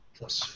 Plus